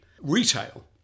retail